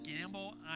gamble